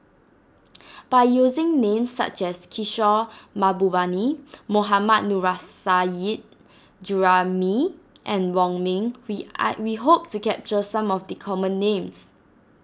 by using names such as Kishore Mahbubani Mohammad Nurrasyid Juraimi and Wong Ming we we hope to capture some of the common names